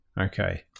Okay